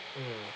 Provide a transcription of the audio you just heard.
mm